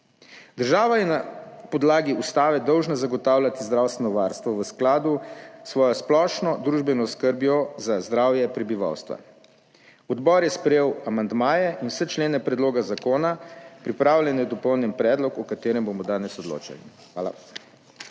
Država je na podlagi ustave dolžna zagotavljati zdravstveno varstvo v skladu s svojo splošno družbeno 20. TRAK: (SB) – 14.25 (Nadaljevanje) skrbjo za zdravje prebivalstva. Odbor je sprejel amandmaje in vse člene predloga zakona. Pripravljen je dopolnjen predlog o katerem bomo danes odločali. Hvala.